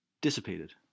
dissipated